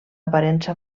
aparença